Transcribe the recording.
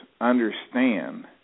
understand